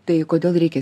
tai kodėl reikia